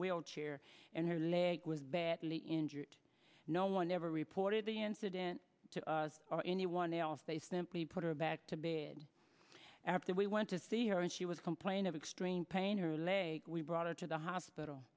wheelchair and her leg was badly injured no one ever reported the incident to anyone else they simply put her back to bed after we went to see her and she was complaining of extreme pain her leg we brought her to the hospital